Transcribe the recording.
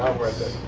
worth it.